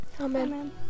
Amen